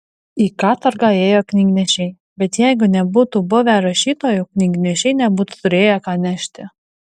į katorgą ėjo knygnešiai bet jeigu nebūtų buvę rašytojų knygnešiai nebūtų turėję ką nešti